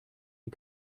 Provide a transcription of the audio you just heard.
die